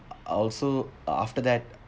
uh also after that